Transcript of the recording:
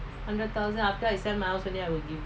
hundred thousand after I sent miles and I will give